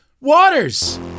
Waters